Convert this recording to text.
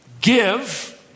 Give